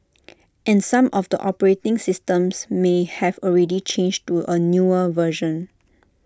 and some of the operating systems may have already changed to A newer version